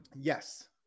Yes